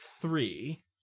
three